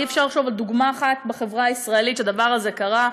אי-אפשר לחשוב על דוגמה אחת בחברה הישראלית שבה הדבר הזה קרה,